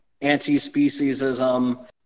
anti-speciesism